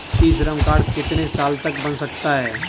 ई Shram card कितने साल तक बन सकता है?